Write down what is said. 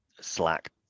Slack